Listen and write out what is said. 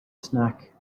snack